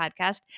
podcast